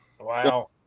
Wow